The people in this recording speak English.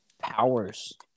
powers